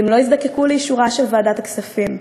והם לא יזדקקו לאישורה של ועדת הכספים.